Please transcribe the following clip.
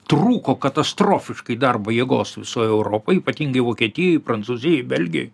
trūko katastrofiškai darbo jėgos visoj europoj ypatingai vokietijoj prancūzijoj belgijoj